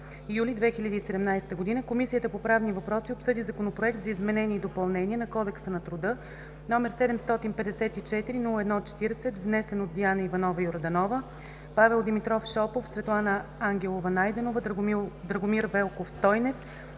юли 2017 г., Комисията по правни въпроси обсъди Законопроект за изменение и допълнение на Кодекса на труда, № 754-01-40, внесен от Диана Иванова Йорданова, Павел Димитров Шопов, Светлана Ангелова Найденова, Драгомир Велков Стойнев,